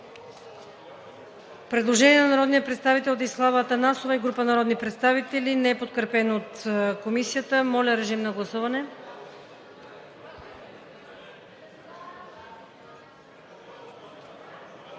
Предложение на народния представител Десислава Атанасова и група народни представители, неподкрепено от Комисията. Моля, режим на гласуване.